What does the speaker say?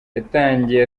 yatangiye